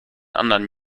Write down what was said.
anderen